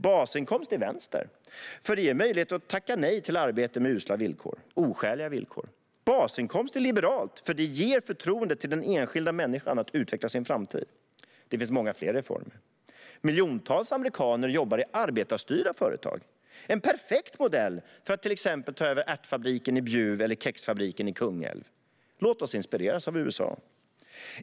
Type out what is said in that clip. Basinkomst är vänster, för den ger möjlighet att tacka nej till arbeten med oskäliga villkor. Basinkomst är liberalt, för den ger förtroendet till den enskilda människan att utveckla sin framtid. Det finns många fler reformer. Miljontals amerikaner jobbar i arbetarstyrda företag - en perfekt modell för att till exempel ta över ärtfabriken i Bjuv eller kexfabriken i Kungälv. Låt oss inspireras av USA!